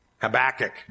Habakkuk